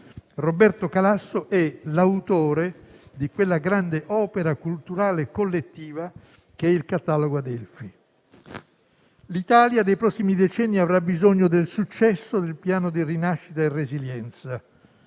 Roberto Calasso è l'autore di quella grande opera culturale collettiva che è il catalogo Adelphi. L'Italia dei prossimi decenni avrà bisogno del successo del Piano di rinascita e resilienza,